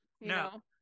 no